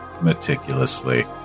meticulously